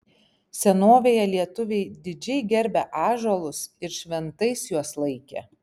senovėje lietuviai didžiai gerbė ąžuolus ir šventais juos laikė